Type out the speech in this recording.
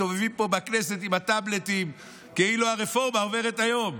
מסתובבים פה בכנסת עם הטאבלטים כאילו הרפורמה עוברת היום.